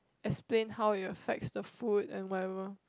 explain how it affects the food and whatever